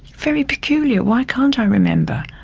very peculiar. why can't i remember?